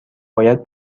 باید